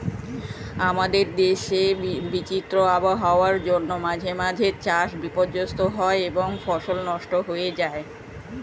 আমাদের দেশে বিচিত্র আবহাওয়ার জন্য মাঝে মাঝে চাষ বিপর্যস্ত হয় এবং ফসল নষ্ট হয়ে যায়